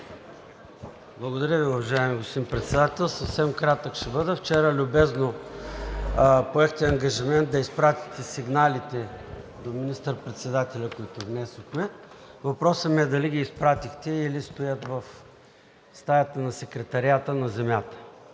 Благодаря Ви, уважаеми господин Председател. Съвсем кратък ще бъда. Вчера любезно поехте ангажимент да изпратите сигналите до министър-председателя, които внесохме, а въпросът ми е: дали ги изпратихте, или стоят в стаята на секретариата на земята